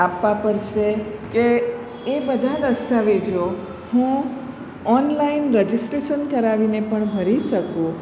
આપવા પડશે કે એ બધા દસ્તાવેજો હું ઓનલાઈન રજીસ્ટ્રેસન કરાવીને પણ ભરી શકું